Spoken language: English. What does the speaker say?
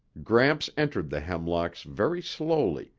gramps entered the hemlocks very slowly,